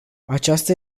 aceasta